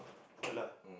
ya lah